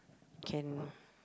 can